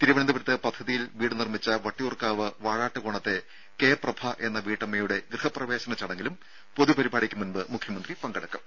തിരുവനന്തപുരത്ത് പദ്ധതിയിൽ വീട് നിർമ്മിച്ച വട്ടിയൂർക്കാവ് വാഴാട്ടുകോണത്തെ കെ പ്രഭ എന്ന വീട്ടമ്മയുടെ ഗൃഹപ്രവേശന ചടങ്ങിലും പൊതുപരിപാടിക്ക് മുമ്പ് മുഖ്യമന്ത്രി പങ്കെടുക്കും